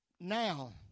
Now